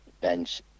bench